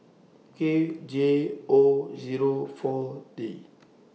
K J O Zero four T